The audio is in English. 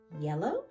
yellow